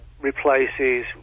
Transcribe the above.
replaces